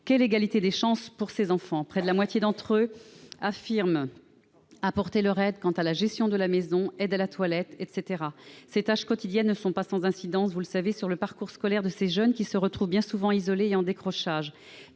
Quelle égalité des chances pour ces enfants ? Près de la moitié d'entre eux affirment apporter leur aide quant à la gestion de la maison ou l'aide à la toilette, par exemple. Ces tâches quotidiennes ne sont pas sans incidence, vous le savez, sur le parcours scolaire de ces jeunes, qui se retrouvent bien souvent isolés et en décrochage.